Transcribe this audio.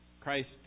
Christ